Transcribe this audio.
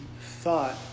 thought